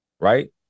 Right